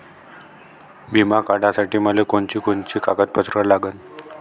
बिमा काढासाठी मले कोनची कोनची कागदपत्र लागन?